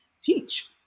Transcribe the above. teach